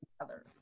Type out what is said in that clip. together